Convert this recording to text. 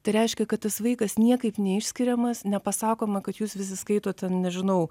tai reiškia kad tas vaikas niekaip neišskiriamas nepasakoma kad jūs visi skaitot ten nežinau